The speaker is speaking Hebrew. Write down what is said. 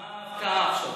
מה ההפתעה עכשיו?